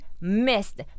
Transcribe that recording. missed